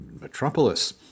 metropolis